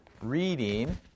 reading